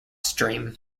stream